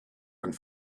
and